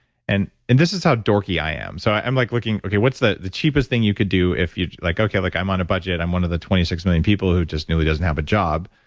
and and this is how dorky i am. so, i'm like looking okay, what's the the cheapest thing you could do if you. like okay, like i'm on a budget, i'm one of the twenty six million people who just doesn't have a job.